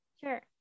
Sure